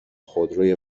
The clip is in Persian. خودروی